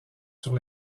sur